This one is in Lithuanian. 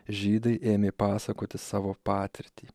žydai ėmė pasakoti savo patirtį